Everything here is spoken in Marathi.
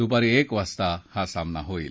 दुपारी एक वाजता हा सामना होईल